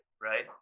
right